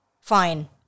fine